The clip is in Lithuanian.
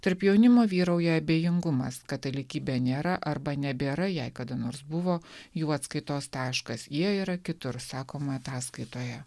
tarp jaunimo vyrauja abejingumas katalikybė nėra arba nebėra jei kada nors buvo jų atskaitos taškasjie yra kitur sakoma ataskaitoje